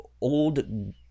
old